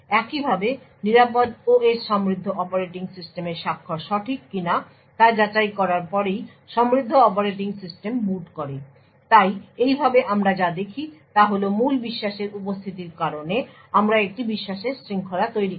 একইভাবে secure OS সমৃদ্ধ operating সিস্টেমের স্বাক্ষর সঠিক কিনা তা যাচাই করার পরেই সমৃদ্ধ অপারেটিং সিস্টেম বুট শুরু করে তাই এইভাবে আমরা যা দেখি তা হল মূল বিশ্বাসের উপস্থিতির কারণে আমরা একটি বিশ্বাসের শৃঙ্খলা তৈরি করি